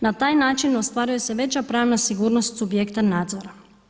Na taj način ostvaruju se veća pravna sigurnost subjekta nadzora.